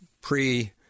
pre